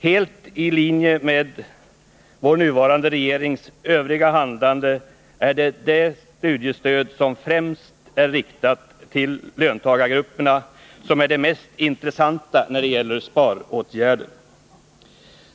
Helt i linje med vår nuvarande regerings övriga handlande är det studiestöd, som främst är riktat till löntagargrupperna, mest intressant då det gäller sparåtgärder.